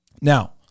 Now